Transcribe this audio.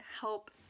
help